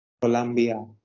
Colombia